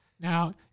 Now